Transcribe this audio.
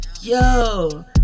yo